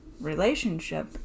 relationship